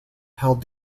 held